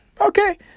okay